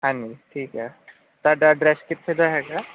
ਹਾਂਜੀ ਠੀਕ ਹੈ ਤੁਹਾਡਾ ਐਡਰੈਸ ਕਿੱਥੇ ਦਾ ਹੈਗਾ